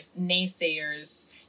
naysayers